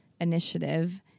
initiative